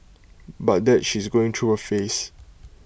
but that she's going through A phase